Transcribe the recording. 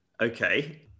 Okay